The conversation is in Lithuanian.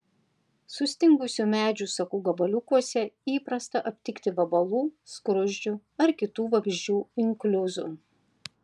sustingusių medžių sakų gabaliukuose įprasta aptikti vabalų skruzdžių ar kitų vabzdžių inkliuzų